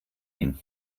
ihn